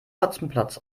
hotzenplotz